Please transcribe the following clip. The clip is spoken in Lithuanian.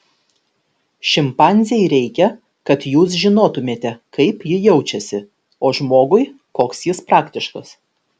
šimpanzei reikia kad jūs žinotumėte kaip ji jaučiasi o žmogui koks jis praktiškas